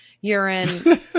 urine